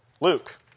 Luke